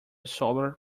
solar